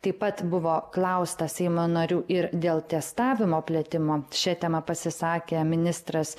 taip pat buvo klausta seimo narių ir dėl testavimo plėtimo šia tema pasisakė ministras